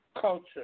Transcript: culture